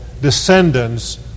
descendants